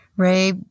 Ray